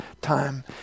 time